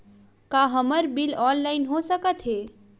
का हमर bill online हो सकत हे?